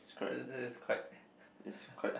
it's quite